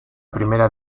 primera